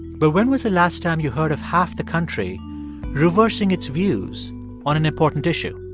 but when was the last time you heard of half the country reversing its views on an important issue,